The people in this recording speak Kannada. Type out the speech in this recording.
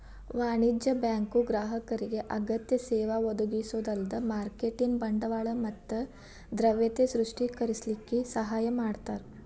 ವಾಣಿಜ್ಯ ಬ್ಯಾಂಕು ಗ್ರಾಹಕರಿಗೆ ಅಗತ್ಯ ಸೇವಾ ಒದಗಿಸೊದ ಅಲ್ದ ಮಾರ್ಕೆಟಿನ್ ಬಂಡವಾಳ ಮತ್ತ ದ್ರವ್ಯತೆ ಸೃಷ್ಟಿಸಲಿಕ್ಕೆ ಸಹಾಯ ಮಾಡ್ತಾರ